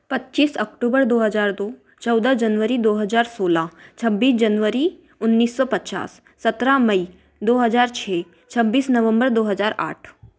पच्चीस अक्टूबर दो हज़ार दो चौदह जनवरी दो हज़ार सोलह छब्बीस जनवरी उन्नीस सौ पचास सत्रह मई दो हज़ार छ छब्बीस नवम्बर दो हज़ार आठ